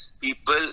people